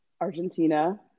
Argentina